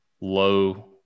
low